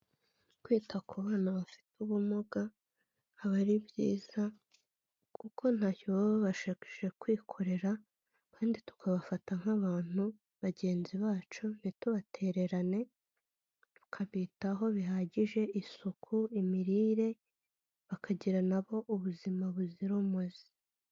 Kwita ku bana bafite ubumuga aba ari byiza kuko ntacyo baba babasha kwikorera kandi tukabafata nk'abantu bagenzi bacu ntitubatererane, tukabitaho bihagije isuku, imirire, bakagira na bo ubuzima buzira umuze.